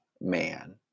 man